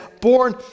born